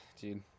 Dude